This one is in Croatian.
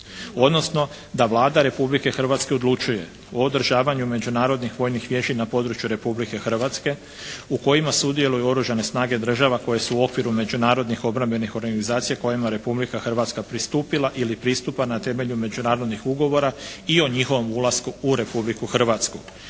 odnosno da Vlada Republike Hrvatske odlučuje o održavanju međunarodnih vojnih vježbi na području Republike Hrvatske u kojima sudjeluju Oružane snage država koje su u okviru međunarodnih obrambenih organizacija kojima je Republika Hrvatska pristupila ili pristupa na temelju međunarodnih ugovora i o njihovom ulasku u Republiku Hrvatsku.